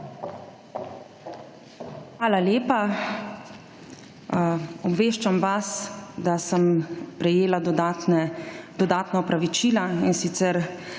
Hvala lepa. Obveščam vas, da sem prejela dodatna opravičila in sicer: